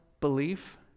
belief